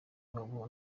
wabo